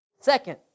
Second